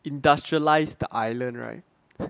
industrialize the island right